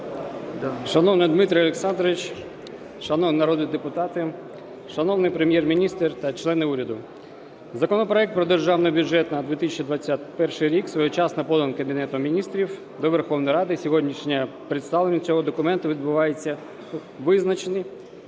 Шановний Дмитро Олександрович, шановні народні депутати, шановний Прем'єр-міністр та члени уряду! Законопроект про Державний бюджет на 2021 рік своєчасного поданий Кабінетом Міністрів до Верховної Ради, і сьогоднішнє представлення цього документа відбувається у визначений